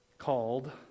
called